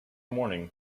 morning